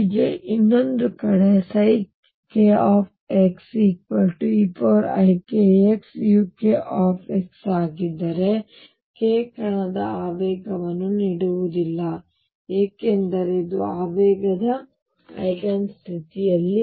ಹಿಂದೆ ಇನ್ನೊಂದು ಕಡೆkxeikxuk ಆಗಿದ್ದರೆ k ಕಣದ ಆವೇಗವನ್ನು ನೀಡುವುದಿಲ್ಲ ಏಕೆಂದರೆ ಇದು ಆವೇಗದ ಐಗರ್ ಸ್ಥಿತಿ ಅಲ್ಲ